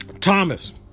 Thomas